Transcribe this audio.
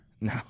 No